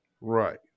Right